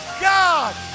god